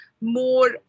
more